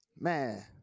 man